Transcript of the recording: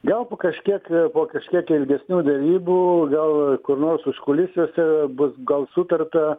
gal po kažkiek po kažkiek ilgesnių derybų vėl kur nors užkulisiuose bus gal sutarta